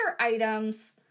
items